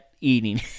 eating